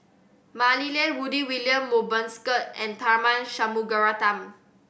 Mah Li Lian Rudy William Mosbergen and Tharman Shanmugaratnam